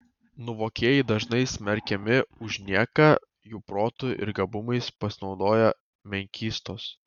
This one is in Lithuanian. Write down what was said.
nuovokieji dažnai smerkiami už nieką jų protu ir gabumais pasinaudoja menkystos